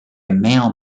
male